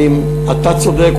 אם אתה צודק,